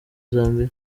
zambia